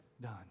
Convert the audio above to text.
done